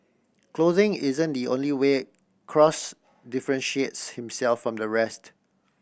clothing isn't the only way Cross differentiates himself from the rest